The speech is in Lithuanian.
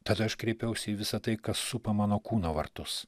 tad aš kreipiausi į visa tai kas supa mano kūno vartus